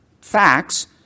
facts